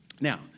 Now